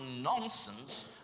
nonsense